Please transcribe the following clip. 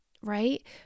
right